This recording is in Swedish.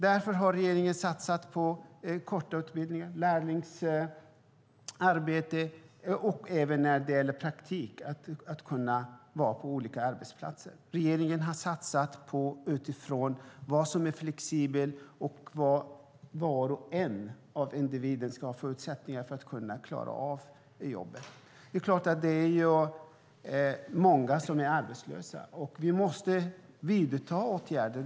Därför har regeringen satsat på korta utbildningar, lärlingsplatser och praktik på olika arbetsplatser. Regeringen har satsat på flexibilitet och individens förutsättningar att klara av jobbet. Det är många som är arbetslösa, och vi måste vidta åtgärder.